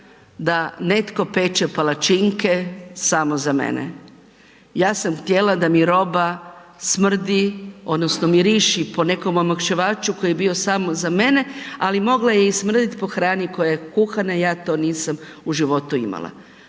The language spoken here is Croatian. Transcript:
da netko peče palačinke samo za mene. Ja sam htjela da mi roba smrdi odnosno miriši po nekom omekšivaču koji je bio samo za mene, ali mogla je i smrditi po hrani koja je kuhana, ja to nisam u životu imala.